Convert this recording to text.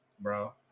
Bro